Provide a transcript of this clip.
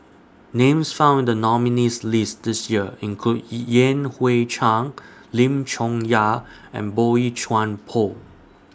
Names found in The nominees' list This Year include Yan Hui Chang Lim Chong Yah and Boey Chuan Poh